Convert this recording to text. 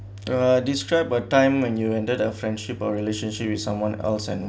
uh describe a time when you ended a friendship or relationship with someone else and